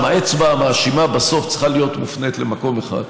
האצבע המאשימה בסוף צריכה להיות מופנית למקום אחד,